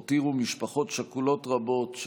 הם הותירו משפחות שכולות רבות,